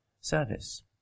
service